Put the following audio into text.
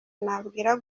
nabwira